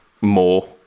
more